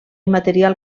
material